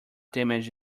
damage